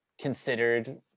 considered